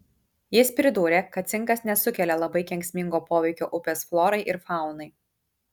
jis pridūrė kad cinkas nesukelia labai kenksmingo poveikio upės florai ir faunai